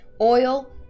Oil